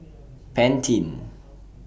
Pantene